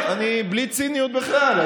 בלי ציניות בכלל,